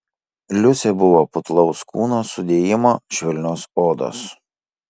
liusė buvo putlaus kūno sudėjimo švelnios odos